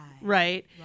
Right